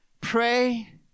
Pray